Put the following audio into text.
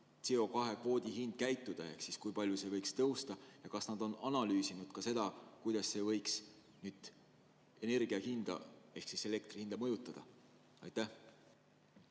CO2‑kvoodi hind käituda ehk kui palju see võiks tõusta? Kas nad on analüüsinud ka seda, kuidas see võiks energia hinda ehk elektri hinda mõjutada? Aitäh!